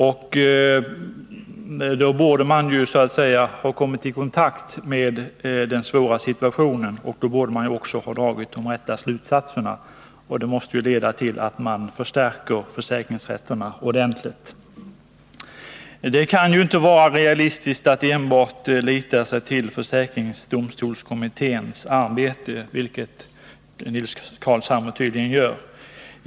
Men då borde man väl ha kommit i kontakt med den svåra situationen och dragit de riktiga slutsatserna, och det måste ju leda till att man förstärker försäkringsrätterna ordentligt. Det kan inte vara realistiskt att enbart lita till försäkringsdomstolskommitténs arbete, vilket Nils Carlshamre tydligen gör.